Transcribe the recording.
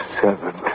Seven